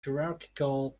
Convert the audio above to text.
hierarchical